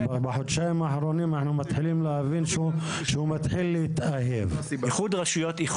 בחודשיים האחרונים אנחנו מתחילים להבין שהוא מתחיל להתאהב בפיצול.